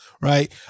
Right